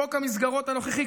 חוק המסגרות הנוכחי,